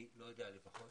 אני לא יודע אם יש לפחות